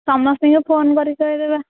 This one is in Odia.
ସମସ୍ତଙ୍କୁ ଫୋନ୍ କରି କହିଦେବା